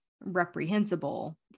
reprehensible